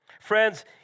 Friends